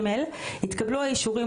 התקבלו האישורים,